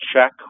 check